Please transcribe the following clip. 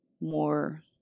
more